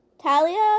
Talia